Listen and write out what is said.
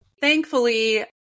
thankfully